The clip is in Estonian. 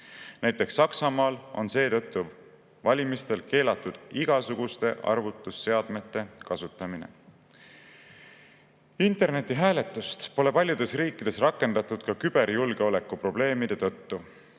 Näiteks on Saksamaal seetõttu valimistel keelatud igasuguste arvutusseadmete kasutamine. Internetihääletust pole paljudes riikides rakendatud ka küberjulgeolekuprobleemide tõttu.